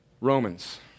Romans